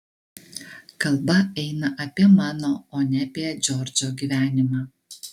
kalba eina apie mano o ne apie džordžo gyvenimą